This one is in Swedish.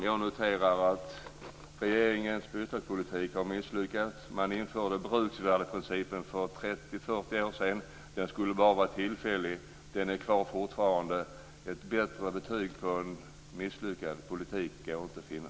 Jag noterar att regeringens bostadspolitik har misslyckats. Man införde bruksvärdesprincipen för 30, 40 år sedan. Den skulle bara vara tillfällig. Den är fortfarande kvar. Ett bättre betyg på en misslyckad politik går inte att finna.